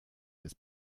des